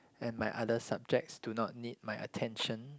and my other subjects do not need my attention